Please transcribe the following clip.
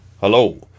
Hello